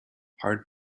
hard